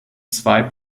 zwei